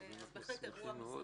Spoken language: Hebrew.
אנחנו שמחים מאוד.